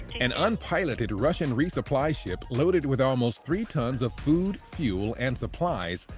an unpiloted russian resupply ship, loaded with almost three tons of food, fuel and supplies,